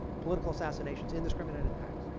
political assassinations, indiscriminate attacks,